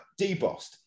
debossed